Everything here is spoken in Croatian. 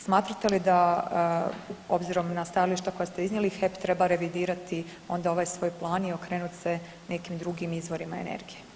Smatrate li da obzirom na stajališta koja ste iznijeli HEP treba revidirati onda ovaj svoj plan i okrenuti se nekim drugim izvorima energije?